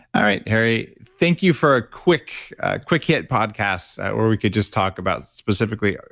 all right, harry, thank you for a quick quick hit podcast where we could just talk about specifically,